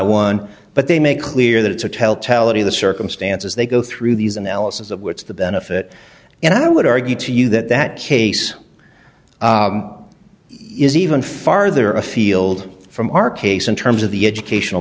one but they make clear that it's a tell tale of the circumstances they go through these analysis of what's the benefit and i would argue to you that that case is even farther afield from our case in terms of the educational